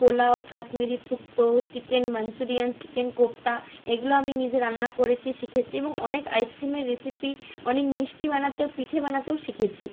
পোলাও কাশ্মীরি শুক্তো chicken Manchurian chicken kofta এগুলো আমি নিজে রান্না করেছি শিখেছি এবং অনেক আইসক্রিমের রেসিপি অনেক মিষ্টি বানাতে পিঠে বানাতেও শিখেছি